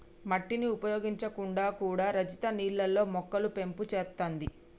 మట్టిని ఉపయోగించకుండా కూడా రజిత నీళ్లల్లో మొక్కలు పెంపు చేత్తాంది